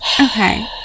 okay